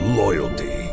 loyalty